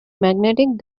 magnetic